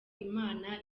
imana